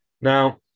Now